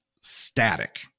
static